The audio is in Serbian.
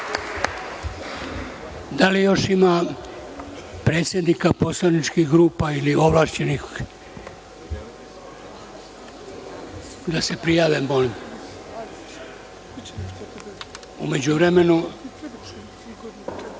Da li još ima predsednika poslaničkih grupa ili ovlašćenih, da se prijave molim?U međuvremenu